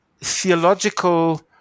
theological